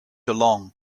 along